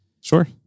sure